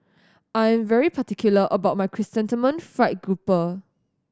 I'm very particular about my Chrysanthemum Fried Grouper